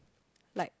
like